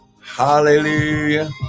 Hallelujah